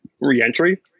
re-entry